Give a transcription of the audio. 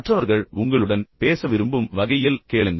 மற்றவர்கள் உங்களுடன் பேச விரும்பும் வகையில் கேளுங்கள்